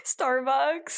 Starbucks